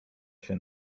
się